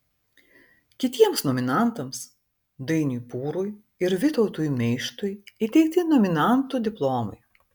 kitiems nominantams dainiui pūrui ir vytautui meištui įteikti nominantų diplomai